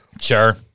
Sure